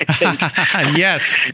Yes